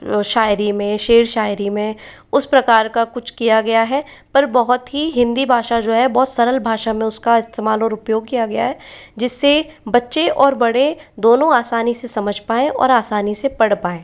शायरी में शेर शायरी में उसे प्रकार का कुछ किया गया है पर बहुत ही हिंदी भाषा जो है बहुत सरल भाषा में उसका इस्तेमाल और उपयोग किया गया है जिससे बच्चे और बड़े दोनों आसानी से समझ पाएं और आसानी से पढ़ पाएं